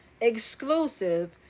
exclusive